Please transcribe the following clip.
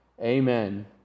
Amen